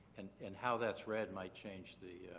and and how that's read might change the